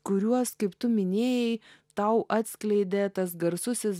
kuriuos kaip tu minėjai tau atskleidė tas garsusis